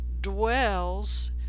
dwells